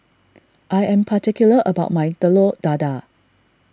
I am particular about my Telur Dadah